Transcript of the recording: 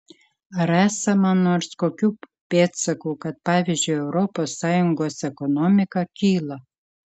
ar esama nors kokių pėdsakų kad pavyzdžiui europos sąjungos ekonomika kyla